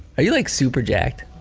are you like super jacked?